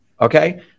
Okay